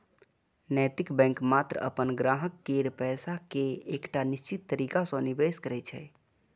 नैतिक बैंक मात्र अपन ग्राहक केर पैसा कें एकटा निश्चित तरीका सं निवेश करै छै